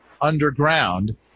underground